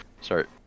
start